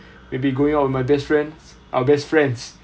maybe going out with my best friend our best friends